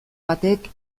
batek